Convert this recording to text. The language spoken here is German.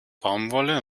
baumwolle